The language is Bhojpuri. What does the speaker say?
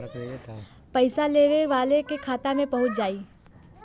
पइसा लेवे वाले के खाता मे पहुँच जाई